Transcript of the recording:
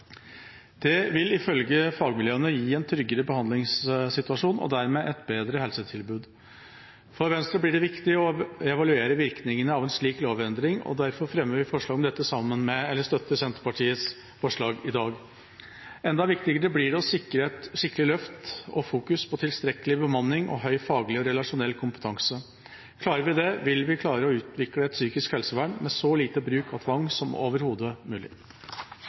Det vil ifølge fagmiljøene gi en tryggere behandlingssituasjon og dermed et bedre helsetilbud. For Venstre blir det viktig å evaluere virkningene av en slik lovendring, og derfor støtter vi Senterpartiets forslag i dag. Enda viktigere blir det å sikre et skikkelig løft og fokus på tilstrekkelig bemanning og høy faglig og relasjonell kompetanse. Klarer vi det, vil vi klare å utvikle et psykisk helsevern med så lite bruk av tvang som overhodet mulig.